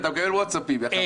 אתה מקבל ווטסאפים מהחרדים.